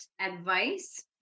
advice